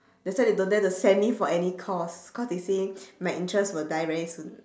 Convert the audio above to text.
that's why they don't dare to send me for any course cause they say my interest will die very soon